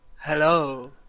Hello